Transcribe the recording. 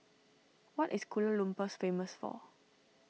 what is Kuala Lumpur famous for